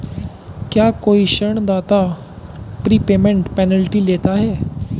क्या कोई ऋणदाता प्रीपेमेंट पेनल्टी लेता है?